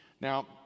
Now